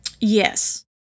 yes